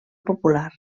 popular